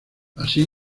así